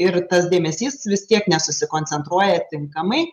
ir tas dėmesys vis tiek nesusikoncentruoja tinkamai